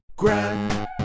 Grand